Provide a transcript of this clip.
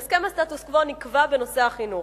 בהסכם הסטטוס-קוו נקבע בנושא החינוך: